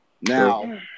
Now